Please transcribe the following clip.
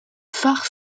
phare